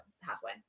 halfway